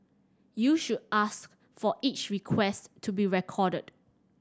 you should ask for each request to be recorded